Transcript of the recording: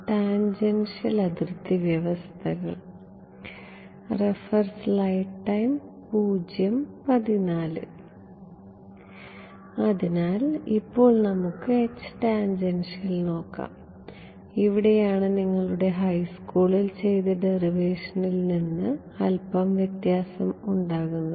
tangential അതിർത്തി വ്യവസ്ഥകൾ അതിനാൽ ഇപ്പോൾ നമുക്ക് H ടാൻജൻഷ്യൽ നോക്കാം ഇവിടെയാണ് നിങ്ങളുടെ ഹൈസ്കൂളിൽ ചെയ്ത ഡെറിവേഷനിൽ നിന്ന് അല്പം വ്യത്യാസപ്പെടുന്നത്